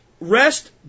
Rest